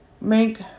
make